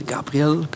Gabriel